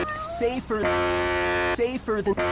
safer safer than